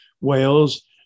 Wales